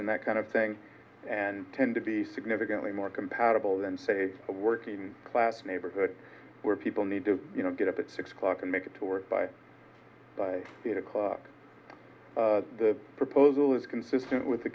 and that kind of thing and tend to be significantly more compatible than say a working class neighborhood where people need to get up at six o'clock and make it to work by the eight o'clock the proposal is consistent with the